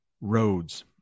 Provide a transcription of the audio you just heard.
roads